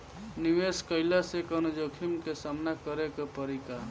निवेश कईला से कौनो जोखिम के सामना करे क परि का?